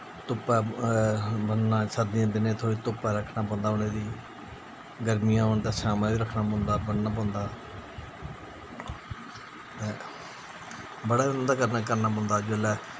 धुप्पा बन्नना सर्दियें दे दिनें थोह्ड़ा धुप्पा रक्खना पौंदा उ'नेंगी गर्मियां होन तां छामा बी रक्खना पौंदा बन्नना पौंदा ते बड़ा उं'दे कन्नै करना पौंदा जिसलै